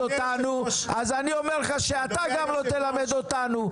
אותנו' אז אני אומר לך שאתה גם לא תלמד אותנו.